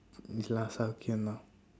we last up till now